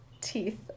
teeth